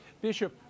Bishop